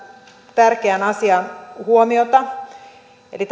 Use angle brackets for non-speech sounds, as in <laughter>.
tärkeään asiaan huomiota eli <unintelligible>